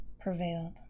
prevailed